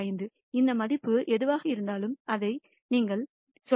5 அந்த மதிப்பு எதுவாக இருந்தாலும் அதை நீங்கள் சொல்லலாம்